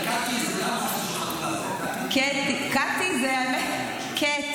קָטִי זה גם משהו של חתולה --- יסמין פרידמן (יש עתיד): קָט,